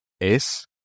es